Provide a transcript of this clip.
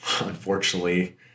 Unfortunately